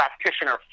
practitioner